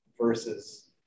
versus